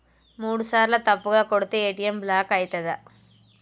మూడుసార్ల తప్పుగా కొడితే ఏ.టి.ఎమ్ బ్లాక్ ఐతదా?